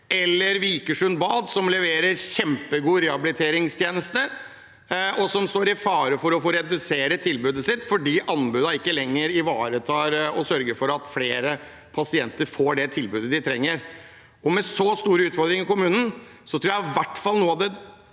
og Vikersund Bad, som leverer kjempegode rehabiliteringstjenester, står også i fare for å måtte redusere tilbudet sitt, fordi anbudene ikke lenger ivaretar og sørger for at flere pasienter får det tilbudet de trenger. Med så store utfordringer i kommunene tror jeg i hvert fall at